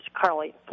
Carly